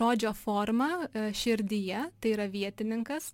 žodžio formą širdyje tai yra vietininkas